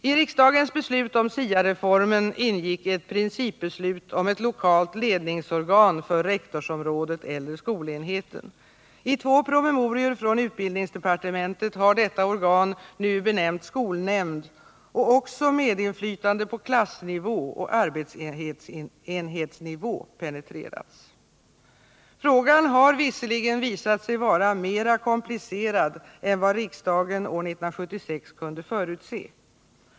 I riksdagens beslut om SIA-reformen ingick ett principbeslut om ett lokalt ledningsorgan för rektorsområdet eller skolenheten. I två promemorior från utbildningsdepartementet har detta organ, nu benämnt skolnämnd, och även medinflytande på klassnivå och arbetsenhetsnivå penetrerats. Frågan har visserligen visat sig vara mera komplicerad än vad riksdagen år 1976 kunde förutse.